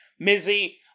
Mizzy